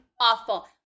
awful